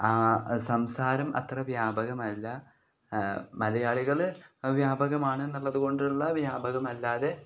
ആ സംസാരം അത്ര വ്യാപകമല്ല മലയാളികൾ വ്യാപകമാണ് എന്നുള്ളത് കൊണ്ടുള്ള വ്യാപകമല്ലാതെ